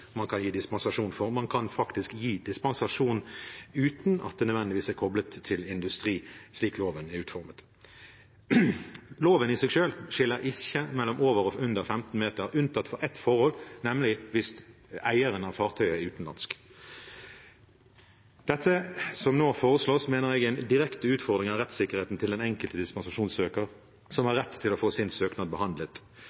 man kan gi dispensasjon for; man kan faktisk gi dispensasjon uten at det nødvendigvis er koblet til industri, slik loven er utformet. Loven i seg selv skiller ikke mellom over og under 15 meter, unntatt for ett forhold, nemlig hvis eieren av fartøyet er utenlandsk. Det som nå foreslås, mener jeg direkte utfordrer rettssikkerheten til den enkelte dispensasjonssøker, som har